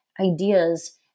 ideas